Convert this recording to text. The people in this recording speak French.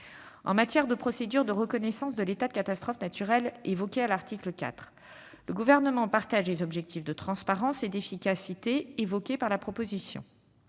En matière de procédure de reconnaissance de l'état de catastrophe naturelle évoquée à l'article 4, le Gouvernement partage les objectifs de transparence et d'efficacité évoqués dans le texte.